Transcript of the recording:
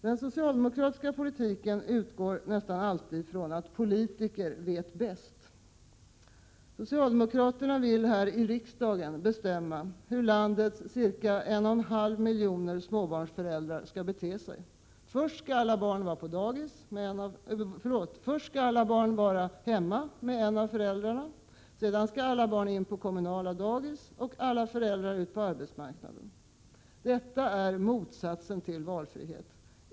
Den socialdemokratiska nejsägarpolitiken utgår nästan alltid från att politikerna vet bäst. Socialdemokraterna vill här i riksdagen bestämma hur landets ca 1,5 miljoner småbarnsföräldrar skall bete sig. Först skall alla barn vara hemma med en av föräldrarna. Sedan skall alla barn in på kommunala dagis och alla föräldrar ut på arbetsmarknaden. Detta är motsatsen till valfrihet.